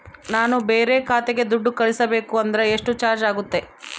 ನಾನು ಬೇರೆ ಖಾತೆಗೆ ದುಡ್ಡು ಕಳಿಸಬೇಕು ಅಂದ್ರ ಎಷ್ಟು ಚಾರ್ಜ್ ಆಗುತ್ತೆ?